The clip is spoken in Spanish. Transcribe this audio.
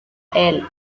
elle